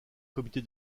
comité